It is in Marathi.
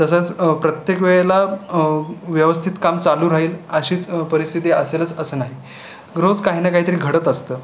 तसंच प्रत्येक वेळेला व्यवस्थित काम चालू राहील अशीच परिस्थिती असेलच असं नाही रोज काही ना काही तरी घडत असतं